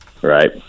right